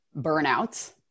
burnout